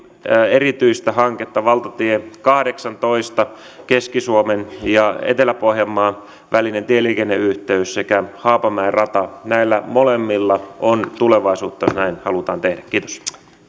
erityistä hanketta valtatie kahdeksantoista keski suomen ja etelä pohjanmaan välinen tieliikenneyhteys sekä haapamäen rata näillä molemmilla on tulevaisuutta jos näin halutaan tehdä kiitos